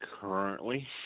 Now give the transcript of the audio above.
currently